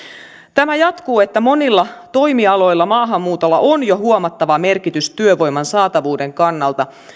tämä jatkuu että monilla toimialoilla maahanmuutolla on jo huomattava merkitys työvoiman saatavuuden kannalta